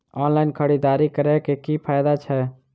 Online खरीददारी करै केँ की फायदा छै?